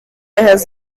had